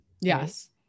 yes